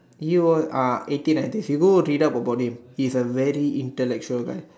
he was ah eighteen nineties you go read up about him he's a very intellectual guy